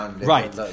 Right